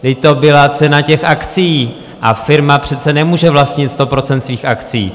Vždyť to byla cena těch akcií a firma přece nemůže vlastnit 100 % svých akcií.